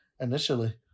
Initially